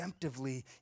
redemptively